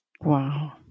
Wow